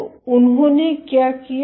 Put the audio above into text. तो उन्होंने क्या किया